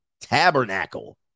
tabernacle